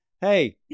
hey